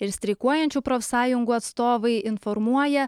ir streikuojančių profsąjungų atstovai informuoja